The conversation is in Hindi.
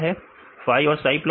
विद्यार्थी फाई और साई प्लॉट